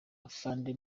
afande